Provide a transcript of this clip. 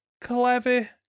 clever